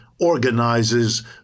organizes